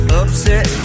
upset